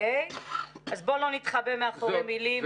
אז בוא לא נתחבא מאחורי מילים יפות.